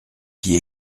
qui